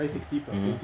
mm mmhmm